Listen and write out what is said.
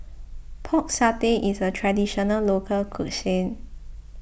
Pork Satay is a Traditional Local Cuisine